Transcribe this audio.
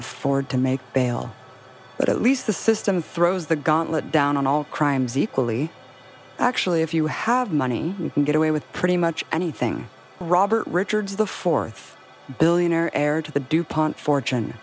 afford to make bail but at least the system throws the gauntlet down on all crimes equally actually if you have money you can get away with pretty much anything robert richards the fourth billionaire heir to the